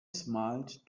smiled